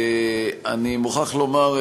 אני מוכרח לומר,